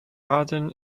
aden